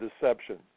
deception